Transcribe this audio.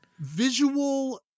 Visual